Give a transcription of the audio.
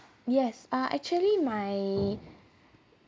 yes uh actually my